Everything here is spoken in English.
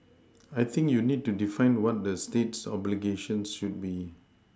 I think you need to define what the state's obligations should be